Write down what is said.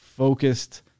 focused